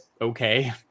okay